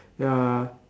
ya